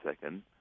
second